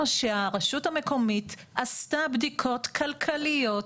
שהרשות המקומית עשתה בדיקות כלכליות,